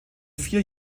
vier